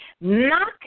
Knock